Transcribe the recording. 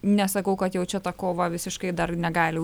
nesakau kad jau čia ta kova visiškai dar negali